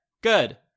Good